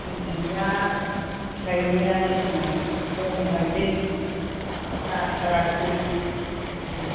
गैया गायनायानो जोंना खम गायदों जाथाराखै